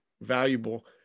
valuable